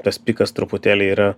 tas pikas truputėlį yra